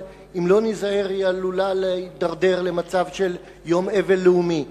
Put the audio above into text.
אבל אם לא ניזהר המצב עלול להידרדר ליום אבל לאומי.